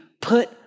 put